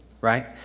right